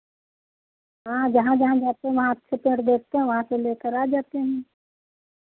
हाँ जहाँ जहाँ जाते हैं वहाँ अच्छे पेड़ देखते हैं वहाँ से लेकर आ जाते हैं